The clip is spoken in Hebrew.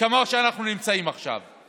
כמו שאנחנו נמצאים עכשיו,